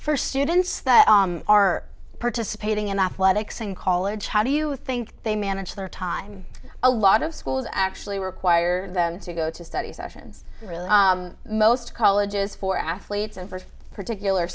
for students that are participating in athletics in college how do you think they manage their time a lot of schools actually require them to go to study sessions really most colleges for athletes and for particular